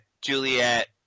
Juliet